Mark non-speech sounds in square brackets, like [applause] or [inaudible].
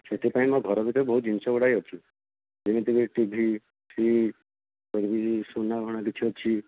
ସେଥି ପାଇଁ ମୋ ଘର ଭିତରେ ବହୁତ ଜିନିଷ ଗୁଡ଼ାଏ ଅଛି ଯେମିତିକି ଟିଭି ଫ୍ରିଜ [unintelligible] ସୁନା ଗହଣା କିଛି ଅଛି